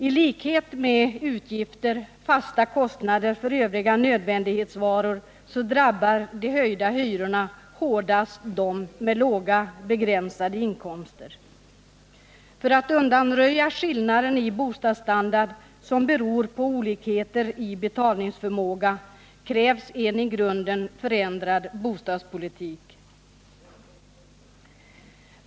I likhet med övriga utgifter för nödvändighetsvaror drabbar de höjda hyrorna hårdast dem med låga inkomster. För att undanröja skillnader i bostadsstandard som beror på olikheter i betalningsförmåga krävs en i grunden förändrad bostadspolitik.